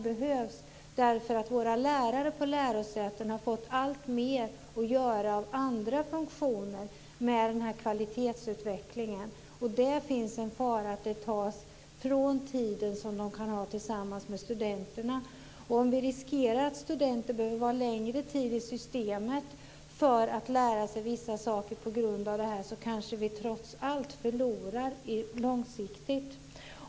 Lärarna på våra lärosäten har fått alltmer att göra med andra funktioner inom kvalitetsutvecklingen. Det finns en fara för att det tas från tid som de annars kan ha tillsammans med studeneterna. Om vi riskerar att studenter på grund av det här behöver vara längre tid i systemet för att lära sig vissa saker, kanske vi trots allt förlorar långsiktigt.